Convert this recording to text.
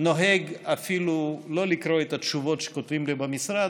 נוהג אפילו שלא לקרוא את התשובות שכותבים במשרד